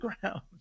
ground